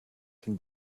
can